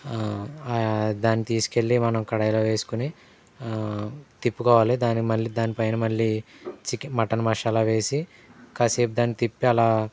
దాన్ని తీసుకెళ్ళి మనం కడాయిలో వేసుకుని తిప్పుకోవాలి దాన్ని మళ్ళీ దానిపైన మళ్ళీ చికెన్ మటన్ మసాలా వేసి కాసేపు దాన్ని తిప్పి అలా